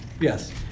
yes